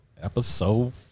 Episode